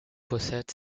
possède